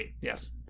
Yes